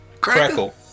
Crackle